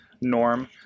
norm